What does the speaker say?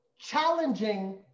challenging